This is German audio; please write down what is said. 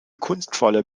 kunstvolle